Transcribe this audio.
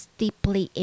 deeply